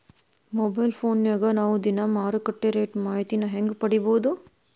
Mobile ಫೋನ್ಯಾಗ ನಾವ್ ದಿನಾ ಮಾರುಕಟ್ಟೆ ರೇಟ್ ಮಾಹಿತಿನ ಹೆಂಗ್ ಪಡಿಬೋದು?